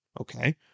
Okay